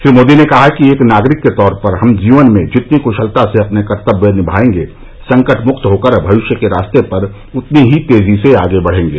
श्री मोदी ने कहा कि एक नागरिक के तौर पर हम जीवन में जितनी कृशलता से अपने कर्तव्य निभाएंगे संकट मुक्त होकर भविष्य के रास्ते पर उतनी ही तेजी से आगे बढेंगे